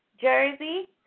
Jersey